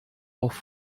auf